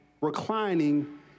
reclining